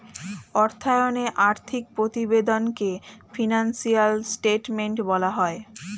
অর্থায়নে আর্থিক প্রতিবেদনকে ফিনান্সিয়াল স্টেটমেন্ট বলা হয়